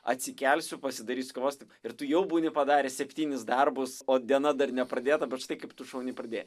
atsikelsiu pasidarysiu kavos taip ir tu jau būni padaręs septynis darbus o diena dar nepradėta bet štai kaip tu šauniai pradėjai